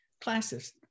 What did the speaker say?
classes